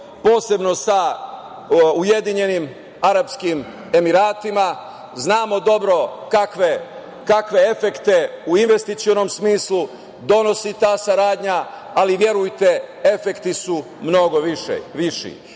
posebno sa Ujedinjenim Arapskim Emiratima. Znamo dobro kakve efekte u investicionom smislu donosi ta saradnja. Ali, verujte efekti su mnogo viši.